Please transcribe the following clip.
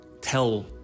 tell